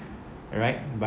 right but